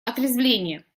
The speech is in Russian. отрезвления